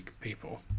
people